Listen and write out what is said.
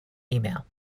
email